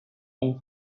and